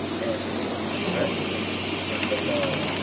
and restest in the law,